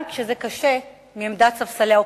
גם כשזה קשה מעמדת ספסלי האופוזיציה.